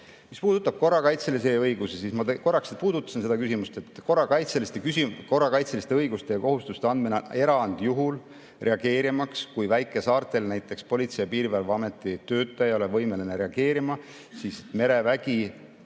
Mis puudutab korrakaitselisi õigusi – ma korraks puudutasin ka seda küsimust –, siis korrakaitseliste õiguste ja kohustuste andmine erandjuhul reageerimaks, kui väikesaartel näiteks Politsei- ja Piirivalveameti töötaja ei ole võimeline reageerima, merevägi